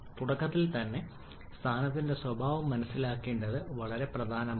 തുടക്കത്തിൽ തന്നെ സംസ്ഥാനത്തിന്റെ സ്വഭാവം മനസ്സിലാക്കേണ്ടത് വളരെ പ്രധാനമാണ്